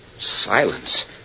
Silence